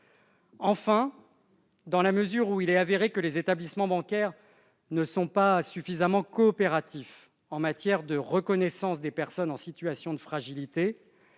Enfin, dans la mesure où il est avéré que les établissements bancaires ne sont pas suffisamment coopératifs en matière de reconnaissance des personnes en situation de fragilité